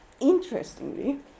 Interestingly